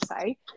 say